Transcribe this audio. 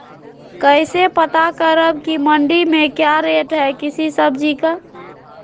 कैसे पता करब की मंडी में क्या रेट है किसी सब्जी का?